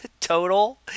total